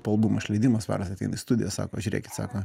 po albumo išleidimo svaras ateina į studiją sako žiūrėkit sako